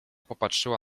popatrzyła